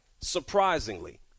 Surprisingly